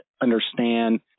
understand